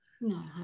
No